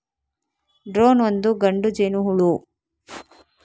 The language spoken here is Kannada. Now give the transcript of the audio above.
ಡ್ರೋನ್ ಒಂದು ಗಂಡು ಜೇನುಹುಳು